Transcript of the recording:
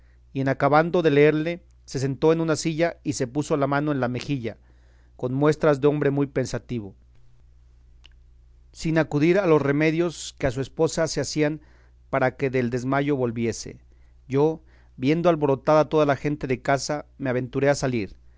y en acabando de leerle se sentó en una silla y se puso la mano en la mejilla con muestras de hombre muy pensativo sin acudir a los remedios que a su esposa se hacían para que del desmayo volviese yo viendo alborotada toda la gente de casa me aventuré a salir